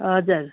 हजुर